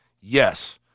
Yes